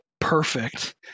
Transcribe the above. perfect